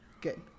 Good